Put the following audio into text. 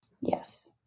Yes